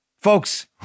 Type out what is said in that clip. Folks